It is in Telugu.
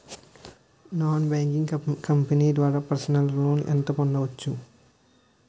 నాన్ బ్యాంకింగ్ కంపెనీ ద్వారా పర్సనల్ లోన్ పొందవచ్చా?